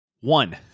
one